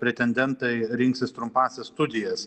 pretendentai rinksis trumpąsias studijas